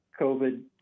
COVID